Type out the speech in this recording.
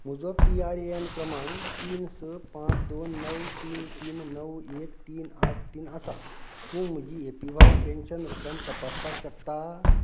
म्हजो पीआरएएन क्रमांक तीन स पांच दोन णव तीन तीन णव एक तीन आठ तीन आसा तूं म्हजी एपीव्हाय पेन्शन रक्कम तपासपाक शकता